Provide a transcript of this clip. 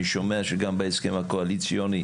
אני שומע שגם בהסכם הקואליציוני,